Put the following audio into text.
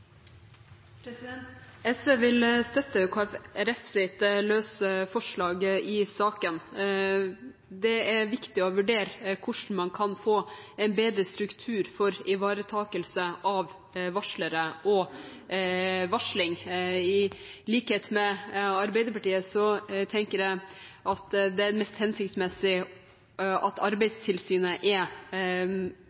SV vil støtte Kristelig Folkepartis løse forslag i saken. Det er viktig å vurdere hvordan man kan få en bedre struktur for ivaretakelse av varslere og varsling. I likhet med Arbeiderpartiet tenker jeg at det er mest hensiktsmessig at